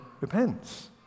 repents